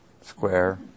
square